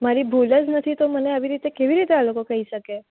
મારી ભૂલ જ નથી તો મને આવી રીતે કેવી રીતે આ લોકો કહી શકે